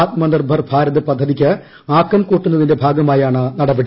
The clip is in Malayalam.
ആത്മനിർഭർ ഭാരത് പദ്ധതിക്ക് ആക്കം കൂട്ടുന്നതിന്റെ ഭാഗമായാണ് നടപടി